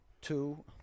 two